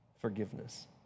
forgiveness